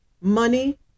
Money